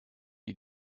you